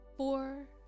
Four